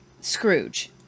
Scrooge